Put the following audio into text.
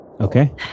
Okay